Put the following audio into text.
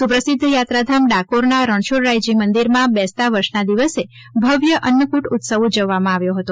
સુપ્રસિદ્ધ યાત્રાધામ ડાકોરના રણછોડરાયજી મંદિરમાં બેસતા વર્ષના દિવસે ભવ્ય અન્નફ્રટ ઉત્સવ ઉજવવામાં આવ્યો હતો